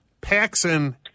Paxson